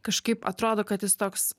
kažkaip atrodo kad jis toks